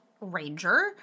ranger